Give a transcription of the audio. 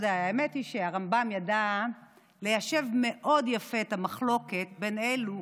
האמת היא שהרמב"ם ידע ליישב מאוד יפה את המחלוקת בין אלו